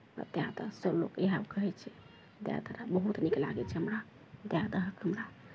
कतेक आदरसँ लोक इएह कहै छै इएह दुआरे बहुत नीक लागै छै हमरा दए दहक हमरा